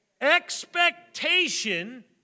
Expectation